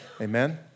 Amen